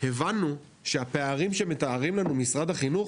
הבנו שהפערים שמתארים לנו משרד החינוך,